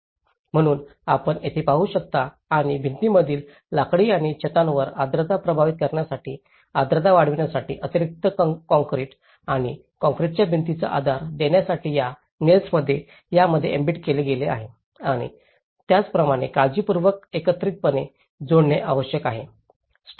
म्हणूनच आपण येथे पाहू शकता आणि भिंतींमधील लाकडी आणि छड्यावर आर्द्रता प्रभावित करण्यासाठी आर्द्रता वाढविण्यासाठी अतिरिक्त कंक्रीट आणि काँक्रीटच्या भिंतीचा आधार देण्यासाठी या नेल्समध्ये यामध्ये एम्बेड केले गेले आहे आणि त्याचप्रमाणे काळजीपूर्वक एकत्रितपणे जोडणे आवश्यक आहे